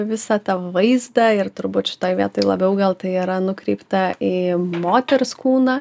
visą tą vaizdą ir turbūt šitoj vietoj labiau gal tai yra nukreipta į moters kūną